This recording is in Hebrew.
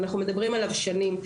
אנחנו מדברים עליו שנים.